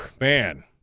Man